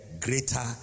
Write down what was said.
greater